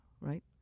right